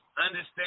understand